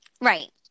Right